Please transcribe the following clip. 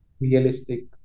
realistic